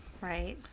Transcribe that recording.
Right